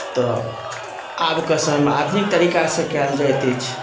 तऽ आबके समयमे आधुनिक तरीकासँ कयल जाइत अछि